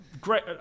great